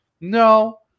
no